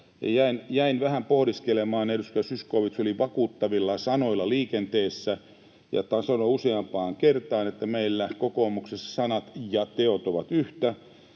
jäin vähän pohdiskelemaan, kun edustaja Zyskowicz oli vakuuttavilla sanoilla liikenteessä ja taisi sanoa useampaan kertaan, että meillä kokoomuksessa sanat ja teot ovat yhtä.